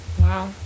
Wow